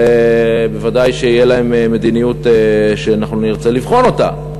וודאי שתהיה להם מדיניות שנרצה לבחון אותה,